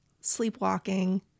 sleepwalking